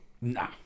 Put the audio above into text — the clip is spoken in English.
Nah